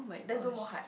let's do more hard